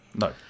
No